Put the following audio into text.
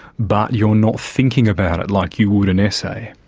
but you're not thinking about it like you would an essay.